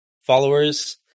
followers